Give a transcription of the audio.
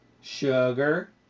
sugar